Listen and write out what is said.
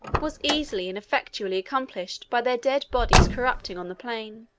was easily and effectually accomplished by their dead bodies corrupting on the plain.